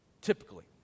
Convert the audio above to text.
typically